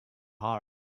heart